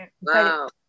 Wow